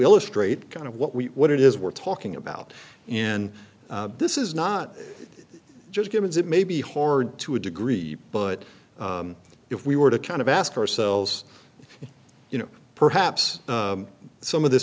illustrate kind of what we what it is we're talking about and this is not just givens it may be horrid to a degree but if we were to kind of ask ourselves you know perhaps some of this